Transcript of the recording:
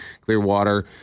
Clearwater